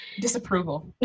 disapproval